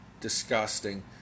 disgusting